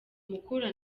mukura